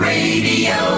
Radio